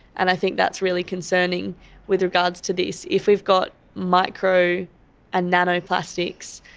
and i think that's really concerning with regards to this. if we've got micro and nanoplastics,